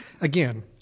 Again